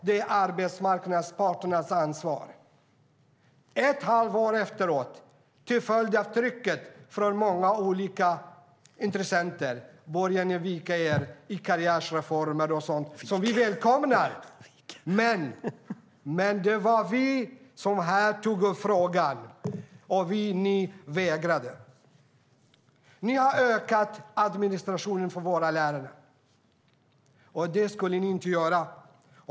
Det är arbetsmarknadens parters ansvar. Ett halvår senare började ni till följd av trycket från många olika intressenter att vika er när det gäller karriärreformen som vi välkomnar. Men det var vi som här tog upp frågan och ni som vägrade. Ni har ökat administrationen för lärarna, och det skulle ni inte göra.